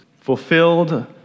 fulfilled